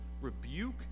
rebuke